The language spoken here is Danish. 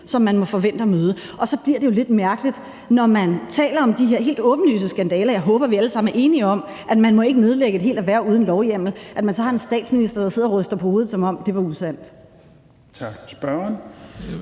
som man må forvente at møde. Og så bliver det jo lidt mærkeligt, når man taler om de her helt åbenlyse skandaler – og jeg håber, vi alle sammen er enige om, at man ikke må nedlægge et helt erhverv uden lovhjemmel – at man så har en statsminister, der sidder og ryster på hovedet, som om det var usandt. Kl. 17:23